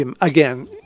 Again